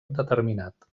determinat